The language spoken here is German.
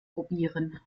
probieren